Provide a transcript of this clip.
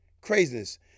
Craziness